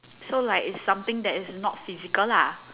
so like is something that is not physical lah